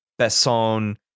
Besson